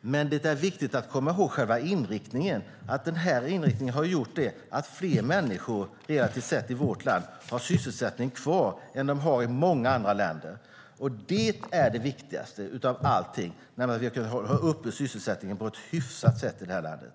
Men det är viktigt att komma ihåg att den här inriktningen har gjort att fler människor i vårt land relativt sett har sysselsättningen kvar än i många andra länder. Och det viktigaste av allt är att man ska kunna hålla uppe sysselsättningen på ett hyfsat sätt i det här landet.